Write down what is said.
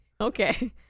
Okay